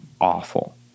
awful